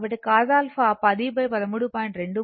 కాబట్టి cos α 10 13